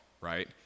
right